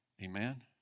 Amen